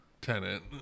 tenant